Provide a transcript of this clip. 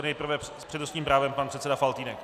Nejprve s přednostním právem pan předseda Faltýnek.